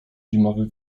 zimowy